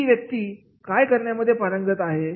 ती व्यक्ती काय करण्यामध्ये पारंगत आहे